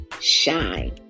shine